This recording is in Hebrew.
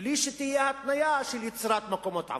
בלי שתהיה התניה של יצירת מקומות עבודה.